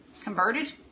converted